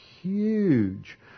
huge